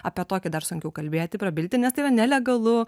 apie tokią dar sunkiau kalbėti prabilti nes tai yra nelegalu